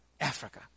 Africa